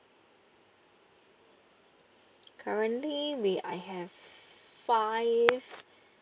currently we I have five